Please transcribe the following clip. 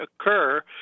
occur